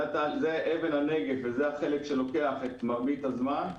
זה אבן הנגף, זה החלק שלוקח את מרבית הזמן.